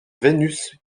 vénus